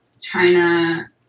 China